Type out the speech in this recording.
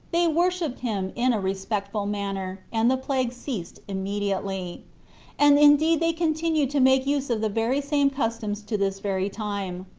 they worshipped him in a respectful manner, and the plague ceased immediately and indeed they continue to make use of the very same customs to this very time,